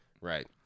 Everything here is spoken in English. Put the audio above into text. Right